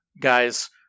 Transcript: guys